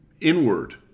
inward